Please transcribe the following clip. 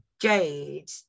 Jade